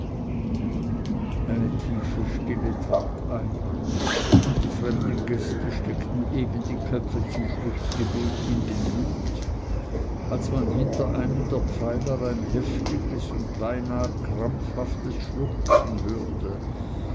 eine tiefe stille trat ein und die fremden gäste steckten eben die köpfe zum schlußgebet in den hut als man hinter einem der pfeiler ein heftiges und beinah krampfhaftes schluchzen hörte